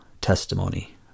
testimony